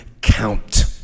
count